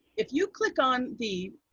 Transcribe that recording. if you click on the